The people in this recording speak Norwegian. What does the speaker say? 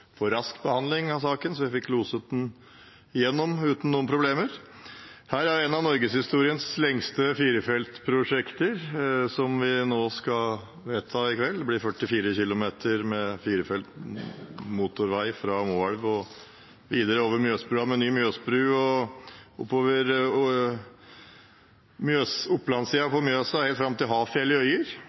gjelder rask behandling. Vi fikk loset den igjennom uten noen problemer. Det er en av norgeshistoriens lengste firefeltsprosjekter vi skal vedta nå i kveld. Det blir 43 km med firefelts motorvei fra Moelv, videre over Mjøsbrua med ny Mjøsbru og oppover Opplands-siden av Mjøsa, helt fram til Hafjell i Øyer,